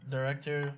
Director